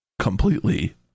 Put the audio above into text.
Completely